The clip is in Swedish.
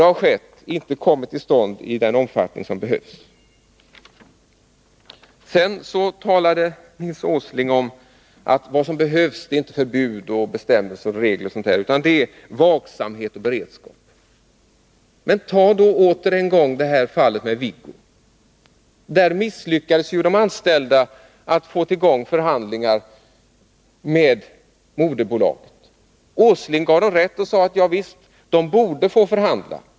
Nils Åsling talade om att vad som behövs är inte förbud och bestämmelser och regler och sådant, utan det är vaksamhet och beredskap. Men ta då än en gång fallet med Viggo. Där misslyckades de anställda med att få i gång förhandlingar med moderbolaget. Nils Åsling gav dem rätt och sade: Javisst, de borde få förhandla.